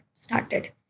started